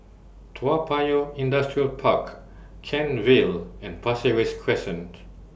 Toa Payoh Industrial Park Kent Vale and Pasir Ris Crescent